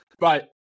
Right